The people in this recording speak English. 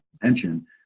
attention